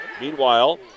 Meanwhile